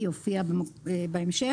היא הופיעה בהמשך.